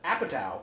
Apatow